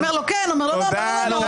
אני רוצה לשמוע מה היושב-ראש אומר.